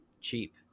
cheap